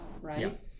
right